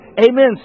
Amen